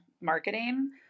marketing